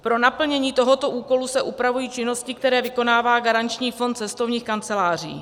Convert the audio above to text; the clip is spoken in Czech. Pro naplnění tohoto úkolu se upravují činnosti, které vykonává garanční fond cestovních kanceláří.